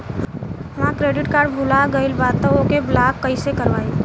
हमार credit card भुला गएल बा त ओके ब्लॉक कइसे करवाई?